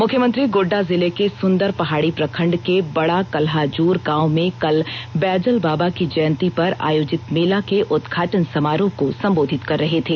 मुख्यमंत्री गोड्डा जिले के सुंदरपहाड़ी प्रखंड के बड़ा कल्हाजोर गांव में कल बैजल बाबा की जयंती पर आयोजित मेला के उदघाटन समारोह को संबोधित कर रहे थे